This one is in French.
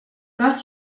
part